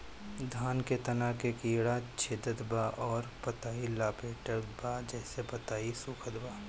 धान के तना के कीड़ा छेदत बा अउर पतई लपेटतबा जेसे पतई सूखत बा?